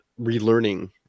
relearning